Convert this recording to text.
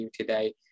today